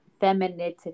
femininity